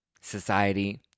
society